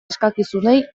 eskakizunei